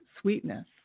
sweetness